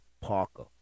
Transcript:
Parker